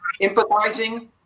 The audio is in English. empathizing